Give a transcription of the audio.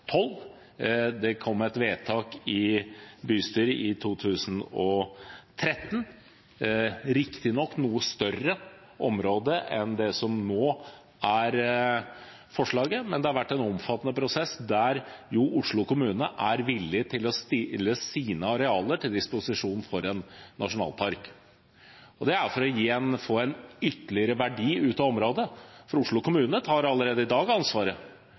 Det kom et vedtak i bystyret i 2013, riktignok på et noe større område enn det som nå er foreslått, men det har vært en omfattende prosess der Oslo kommune er villig til å stille sine arealer til disposisjon for en nasjonalpark. Det er for å få ytterligere verdi ut av området, for Oslo kommune tar allerede i dag ansvaret.